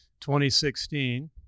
2016